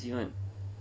but then right